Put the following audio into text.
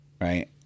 right